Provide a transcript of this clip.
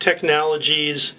technologies